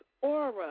aura